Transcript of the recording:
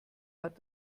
hat